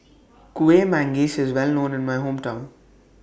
Kueh Manggis IS Well known in My Hometown